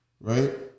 Right